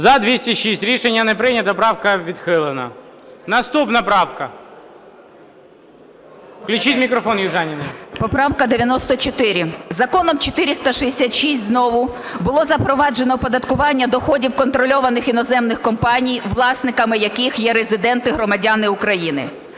За-206 Рішення не прийнято. Правка відхилена. Наступна правка. Включіть мікрофон, Южаніній. 15:55:07 ЮЖАНІНА Н.П. Поправка 94. Законом 466 знову було запроваджено оподаткування доходів контрольованих іноземних компаній, власниками яких є резиденти, громадяни України.